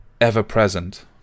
ever-present